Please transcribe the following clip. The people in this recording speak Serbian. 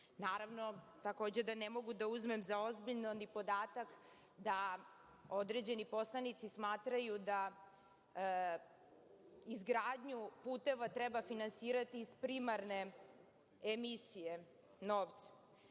Naravno, takođe ne mogu da uzmem za ozbiljno ni podatak da određeni poslanici smatraju da izgradnju puteva treba finansirati iz primarne emisije novca.